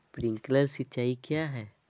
Sprinkler सिंचाई क्या है?